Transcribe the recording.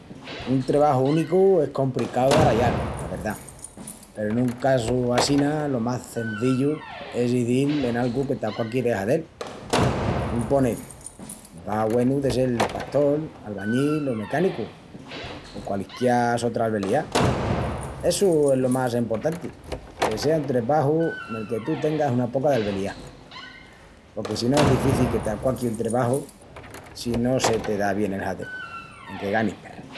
Un trebaju únicu es compricau d'arrayal, la verdá, peru nun casu assina lo màs cenzillu es izil en algu que t'aquaqui de hazel. Un ponel, va güenu de sel pastol, albañil o mecànicu o qualisquiá sotra albeliá. Essu es lo más emportanti, que sea un trebaju nel que tú tengas una poca d'albeliá, porque si no es difici que t'aquaqui un trebaju si no se te da bien el hazé-lu, enque ganis perras.